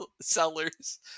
sellers